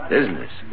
Business